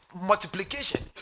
multiplication